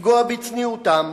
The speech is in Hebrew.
לפגוע בצניעותן,